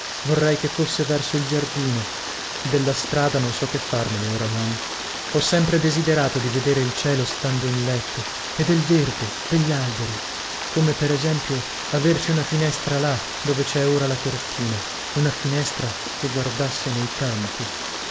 vorrei che fosse verso il giardino della strada non so che farmene oramai ho sempre desiderato di vedere il cielo stando in letto e del verde degli alberi come per esempio averci una finestra là dove cè ora la cortina una finestra che guardasse nei campi